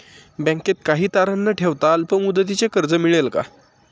बँकेत काही तारण न ठेवता अल्प मुदतीचे कर्ज मिळेल का?